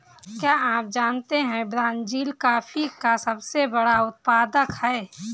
क्या आप जानते है ब्राज़ील कॉफ़ी का सबसे बड़ा उत्पादक है